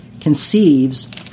conceives